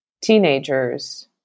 teenagers